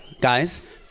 guys